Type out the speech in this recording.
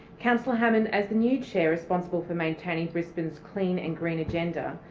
councillor hammond as the new chair responsible for maintaining brisbane's clean and green agenda,